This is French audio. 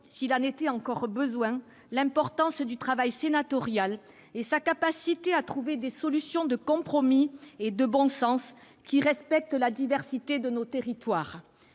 s'il en était encore besoin, l'importance du travail sénatorial et la capacité du Sénat à trouver des solutions de compromis et de bon sens, qui respectent la diversité de nos territoires.